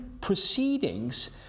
proceedings